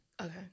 okay